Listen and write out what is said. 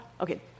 Okay